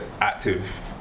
Active